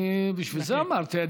בשביל זה אמרתי,